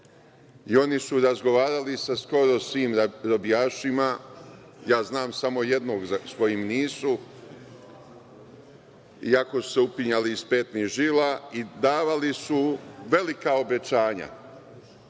Oni su razgovarali sa skoro svim robijašima, ja znam samo jednog s kojim nisu, iako su se upinjali iz petnih žila i davali su velika obećanja